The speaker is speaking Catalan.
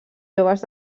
joves